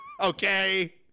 Okay